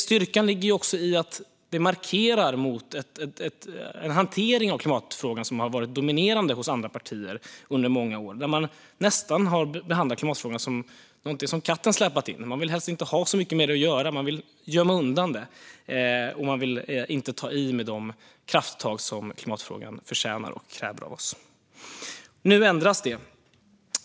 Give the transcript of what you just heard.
Styrkan ligger också i att detta markerar mot en hantering av klimatfrågan som har varit dominerande hos andra partier under många år. Man har nästan behandlat klimatfrågan som någonting som katten har släpat in. Man vill helst inte ha så mycket med frågan att göra. Man vill gömma undan den, och man vill inte ta de krafttag som klimatfrågan förtjänar och kräver av oss. Nu ändras det.